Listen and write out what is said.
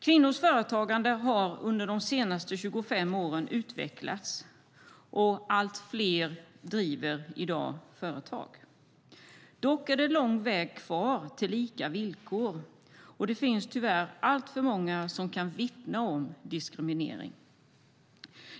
Kvinnors företagande har under de senaste 25 åren utvecklats, och allt fler driver i dag företag. Dock är det lång väg kvar till lika villkor, och det finns tyvärr alltför många som kan vittna om diskriminering.